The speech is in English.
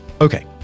Okay